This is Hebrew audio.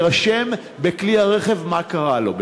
יירשם בכלי הרכב מה קרה לו,